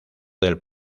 del